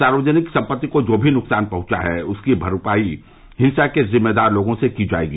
सार्वजनिक सम्पत्ति को जो भी नुकसान पहुंचा है उसकी पूरी भरपाई हिंसा के जिम्मेदार लोगों से की जायेगी